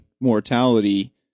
mortality